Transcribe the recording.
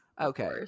Okay